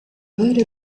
vero